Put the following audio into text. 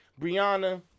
Brianna